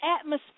atmosphere